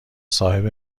صاحب